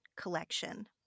collection